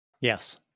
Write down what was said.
Yes